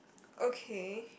okay